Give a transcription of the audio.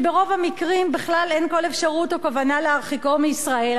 שברוב המקרים בכלל אין כל אפשרות או כוונה להרחיקו מישראל,